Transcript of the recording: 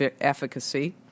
efficacy